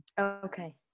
okay